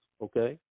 okay